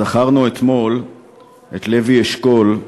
זכרנו אתמול את לוי אשכול,